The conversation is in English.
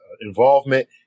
involvement